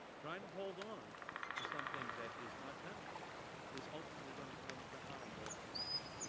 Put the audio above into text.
trying to hold on to something that is not tenable is ultimately going to come to harm those families.